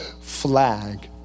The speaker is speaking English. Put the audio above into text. flag